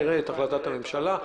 נראה את החלטת הממשלה.